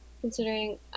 Considering